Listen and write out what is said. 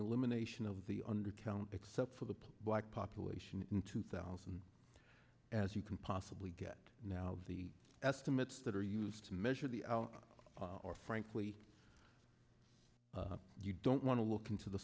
elimination of the undercount except for the black population in two thousand as you can possibly get now the estimates that are used to measure the out are frankly you don't want to look into the